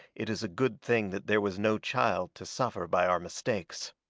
it is a good thing that there was no child to suffer by our mistakes.